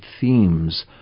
themes